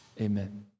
Amen